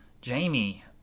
Jamie